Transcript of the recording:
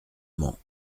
mans